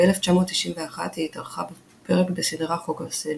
ב-1991, היא התארחה בפרק בסדרה "חוק וסדר".